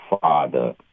father